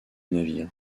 navire